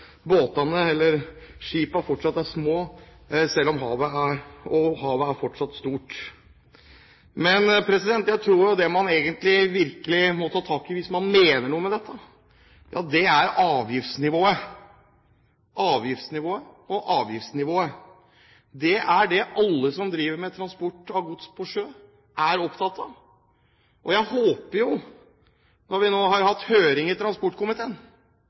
små, og havet er fortsatt stort. Jeg tror det man virkelig må ta tak i hvis man mener noe med dette, er avgiftsnivået. Avgiftsnivået og avgiftsnivået – det er det alle som driver med transport av gods på sjøen, er opptatt av. Og jeg håper jo, når vi nå har hatt høringer i transportkomiteen,